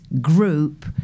group